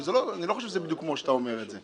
אני לא חושב שזה בדיוק כמו שאתה אומר את זה.